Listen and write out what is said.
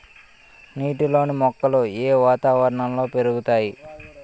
నీటిలోని మొక్కలు ఏ వాతావరణంలో పెరుగుతాయి?